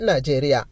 Nigeria